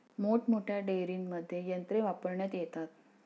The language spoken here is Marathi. मोठमोठ्या डेअरींमध्ये यंत्रे वापरण्यात येतात